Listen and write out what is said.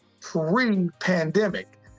pre-pandemic